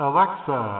Alexa